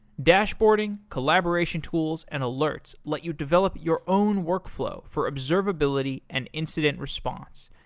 dashboarding, collaboration tools, and alerts let you develop your own workflow for observability and incident response.